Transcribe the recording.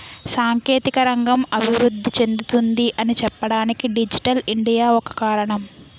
సాంకేతిక రంగం అభివృద్ధి చెందుతుంది అని చెప్పడానికి డిజిటల్ ఇండియా ఒక కారణం